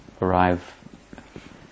arrive